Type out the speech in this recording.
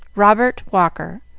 robert walker.